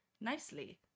nicely